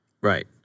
Right